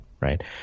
right